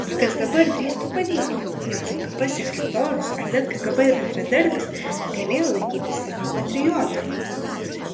kas dabar drįstų paneigti jog lkp sekretorius ar net kgb bendradarbis galėjo laikyti save patriotu